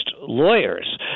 lawyers